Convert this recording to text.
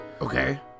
Okay